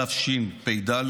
התשפ"ד,